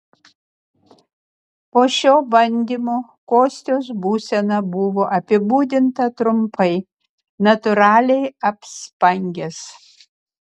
po šio bandymo kostios būsena buvo apibūdinta trumpai natūraliai apspangęs